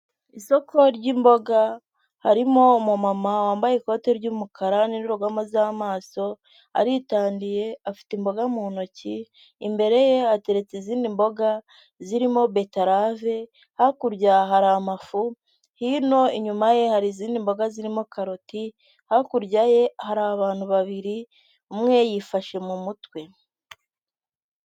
Isoko ry'imboga, harimo umuma wambaye ikoti ry'umukara n'indorerwamo z'amaso, aritangiyeye, afite imboga mu ntoki, imbere ye ateretse izindi mboga zirimo: betarave hakurya hari amafu, hino inyuma ye hari izindi mboga zirimo karoti, hakurya ye hari abantu babiri umwe yifashe mu mutwe.